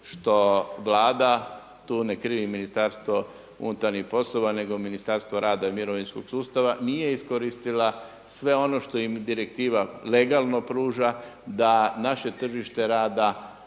što Vlada tu ne krivim Ministarstvo unutarnjih poslova nego Ministarstvo rada i mirovinskog sustava nije iskoristila sve ono što im direktiva legalno pruža da naše tržište rada